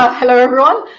hello, everyone,